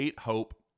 Hope